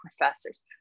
professors